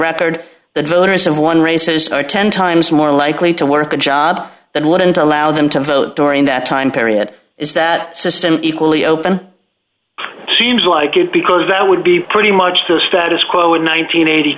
record that voters and one races are ten times more likely to work a job than wouldn't allow them to vote during that time period is that system equally open seems like it because that would be pretty much the status quo in